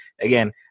again